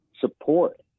support